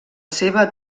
seva